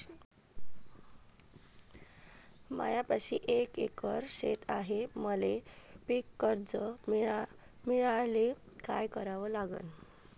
मायापाशी एक एकर शेत हाये, मले पीककर्ज मिळायले काय करावं लागन?